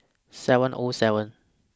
seven O seven